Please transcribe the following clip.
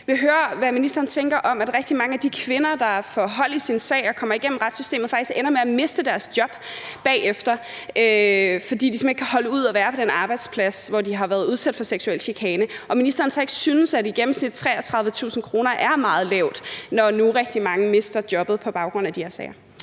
vil høre, hvad ministeren tænker om, at rigtig mange af de kvinder, der får medhold i deres sag og kommer igennem retssystemet, faktisk ender med at miste deres job bagefter, fordi de simpelt hen ikke kan holde ud at være på den arbejdsplads, hvor de har været udsat for seksuel chikane. Synes ministeren ikke, at det gennemsnitlige beløb på 33.000 kr. er meget lavt, når nu rigtig mange mister jobbet på baggrund af de her sager?